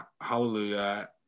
hallelujah